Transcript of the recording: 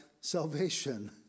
salvation